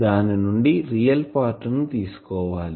దాని నుండి real part ను తీసుకోవాలి